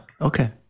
Okay